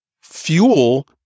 fuel